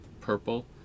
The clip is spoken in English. purple